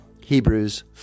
Hebrews